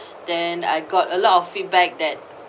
then I got a lot of feedback that